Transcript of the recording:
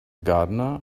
gardener